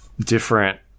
different